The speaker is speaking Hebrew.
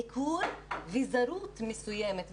ניכור וזרות מסוימת.